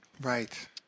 Right